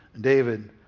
David